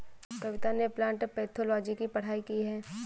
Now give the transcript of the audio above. कविता ने plant pathology की पढ़ाई की है